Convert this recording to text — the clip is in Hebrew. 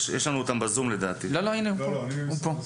לדעתי, הם בזום.